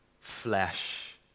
flesh